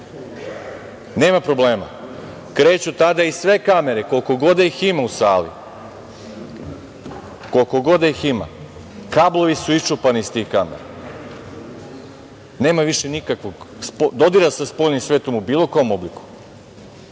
nema problema. Kreću i tada sve kamere, koliko god da ih ima u sali, kablovi su iščupani iz tih kamera, nema više nikakvog dodira sa spoljnim svetom u bilo kom obliku,